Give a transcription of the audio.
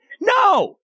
No